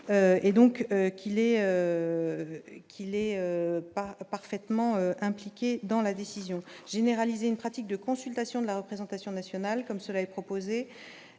est qu'il est pas parfaitement impliqué dans la décision généraliser une pratique de consultation de la représentation nationale, comme cela est proposé